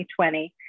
2020